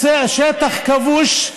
רוצה שטח כבוש.